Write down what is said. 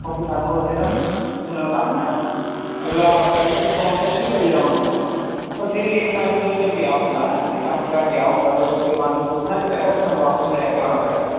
ਕਿਉਂਕੀ ਸਾਨੂੰ ਓਥੇ ਨਾ ਕਿਸੇ ਨਾਲ ਕੰਮ ਐ ਅਗਲਾ ਵੈਸੇ ਤਾਂ ਅਸੀਂ ਫੋਨ ਕਰਕੇ ਈ ਚੱਲੇ ਆਂ ਉਹਨੂੰ ਪਰ ਫੇਰ ਵੀ ਲਗਾ ਐਧਰ ਓਧਰ ਗਿਆ ਹੁੰਦਾ ਨਾ ਕਿਸੇ ਕੰਮ ਕਾਰ ਗਿਆ ਹੁੰਦਾ ਤਾਂ ਉੱਥੇ ਥੋਨੂੰ ਰੁੱਕਣਾ ਈ ਪਏਗਾ ਸਾਨੂੰ ਵਾਪਸ ਲੈ ਕੇ ਆਉਣਾ ਪਏਗਾ